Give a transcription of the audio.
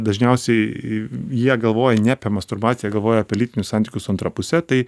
dažniausiai jie galvoja ne apie masturbaciją galvoja apie lytinius santykius su antra puse tai